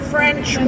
French